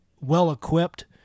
well-equipped